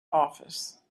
office